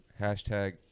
hashtag